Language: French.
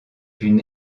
une